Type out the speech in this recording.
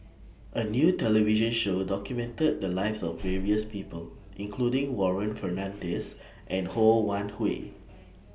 A New television Show documented The Lives of various People including Warren Fernandez and Ho Wan Hui